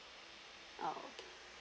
ah okay